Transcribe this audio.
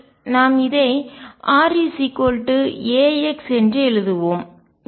நாம் இதை r a x என்று எழுதுவோம்